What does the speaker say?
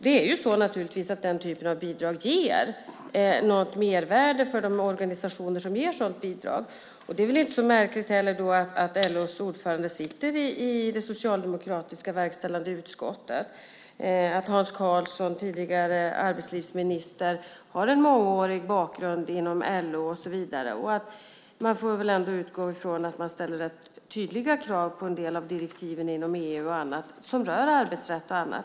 Den typen av bidrag ger naturligtvis något mervärde för de organisationer som ger sådant bidrag. Det är då inte så märkligt att LO:s ordförande sitter i Socialdemokraternas verkställande utskott eller att Hans Karlsson, tidigare arbetsmarknadsminister, har en mångårig bakgrund inom LO och så vidare. Man får väl ändå utgå från att det ställs tydliga krav på en del av direktiven inom EU och annat som rör arbetsrätt.